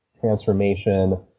transformation